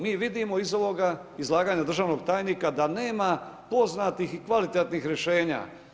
Mi vidimo iz ovog izlaganja državnog tajnika da nema poznatih i kvalitetnih rješenja.